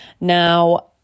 Now